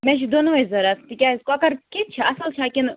مےٚ چھِ دۄنؤے ضروٗرت تِکیٛازِ کۄکر کِتھۍ چھِ اصٕل چھا کِنہٕ